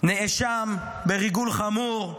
נאשם בריגול חמור,